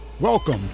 Welcome